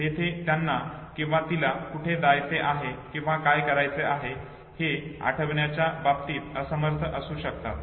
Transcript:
तेथे त्याला किंवा तिला कुठे जायचे आहे किंवा काय करायचे आहे हे आठवण्याच्या बाबतीत असमर्थ असू शकतात